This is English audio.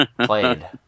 played